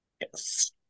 Yes